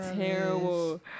terrible